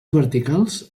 verticals